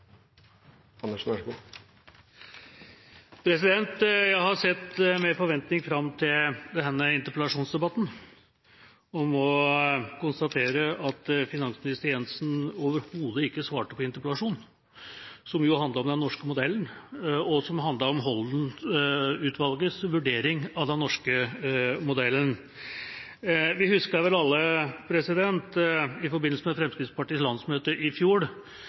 konstatere at finansminister Jensen overhodet ikke svarte på interpellasjonen, som handlet om den norske modellen og om Holden III-utvalgets vurdering av den norske modellen. Vi husker vel alle, i forbindelse med Fremskrittspartiets landsmøte i fjor,